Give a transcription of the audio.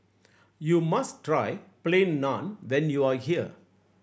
you must try Plain Naan when you are here